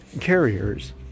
carriers